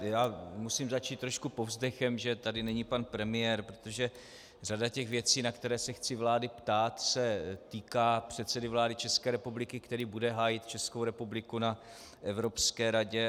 Já musím začít trošku povzdechem, že tady není pan premiér, protože řada těch věcí, na které se chci vlády ptát, se týká předsedy vlády České republiky, který bude hájit Českou republiku na Evropské radě.